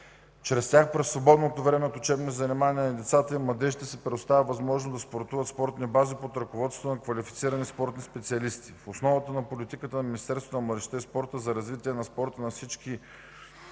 Чрез тях през свободното време от учебни занимания на децата и младежите се предоставя възможност да спортуват в спортни бази под ръководството на квалифицирани спортни специалисти. В основата на политиката на Министерството на младежта и